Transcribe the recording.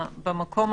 (3)פארק מים,